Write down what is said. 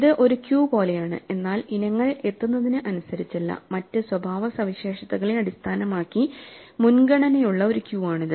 ഇത് ഒരു ക്യൂ പോലെയാണ് എന്നാൽ ഇനങ്ങൾ എത്തുന്നതിന് അനുസരിച്ചല്ല മറ്റ് സ്വഭാവ സവിശേഷതകളെ അടിസ്ഥാനമാക്കി മുൻഗണനയുള്ള ഒരു ക്യൂ ആണിത്